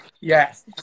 Yes